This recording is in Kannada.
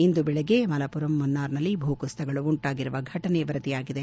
ಇಂದು ಬೆಳಿಗ್ಗೆ ಮಲಪುರಂ ಮುನ್ನಾರ್ನಲ್ಲಿ ಭೂಕುಸಿತಗಳು ಉಂಟಾಗಿರುವ ಘಟನೆ ವರದಿಯಾಗಿದೆ